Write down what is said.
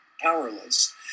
powerless